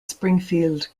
springfield